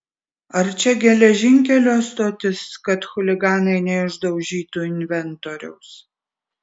ar čia geležinkelio stotis kad chuliganai neišdaužytų inventoriaus